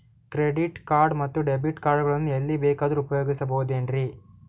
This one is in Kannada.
ಕ್ರೆಡಿಟ್ ಕಾರ್ಡ್ ಮತ್ತು ಡೆಬಿಟ್ ಕಾರ್ಡ್ ಗಳನ್ನು ಎಲ್ಲಿ ಬೇಕಾದ್ರು ಉಪಯೋಗಿಸಬಹುದೇನ್ರಿ?